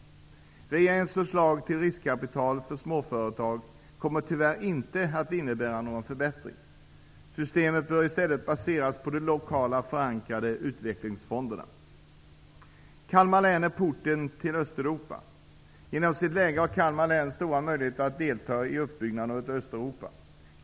Regeringens förslag till riskkapital för småföretag kommer tyvärr inte att innebära någon förbättring. Systemet bör i stället baseras på de lokalt förankrade utvecklingsfonderna. Kalmar län är porten till Östeuropa. Genom sitt läge har Kalmar län stora möjligheter att delta i uppbyggnaden av Östeuropa.